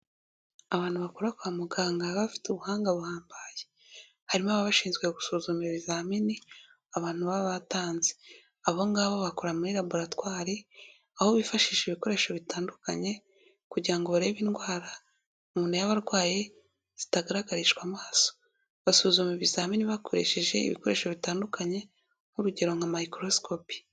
Abantu bakora kwa muganga baba bafite ubuhanga buhambaye, harimo aba bashinzwe gusuzuma ibizamini abantu baba batanze, abo ngabo bakora muri laboratwari, aho bifashisha ibikoresho bitandukanye, kugira ngo barebe indwara umuntu y'abarwaye zitagaragarishwa amaso, basuzuma ibizamini bakoresheje ibikoresho bitandukanye nk'urugero nka mayikorosikopi.